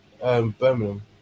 Birmingham